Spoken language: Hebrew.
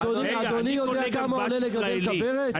אני קונה גם דבש ישראלי,